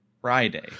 Friday